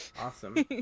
awesome